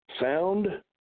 Sound